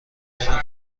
چرا